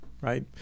right